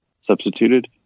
substituted